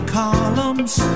columns